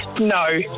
no